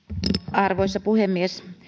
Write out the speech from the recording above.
arvoisa puhemies